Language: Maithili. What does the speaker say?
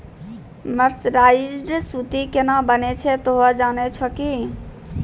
मर्सराइज्ड सूती केना बनै छै तोहों जाने छौ कि